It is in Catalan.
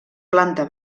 planta